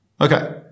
Okay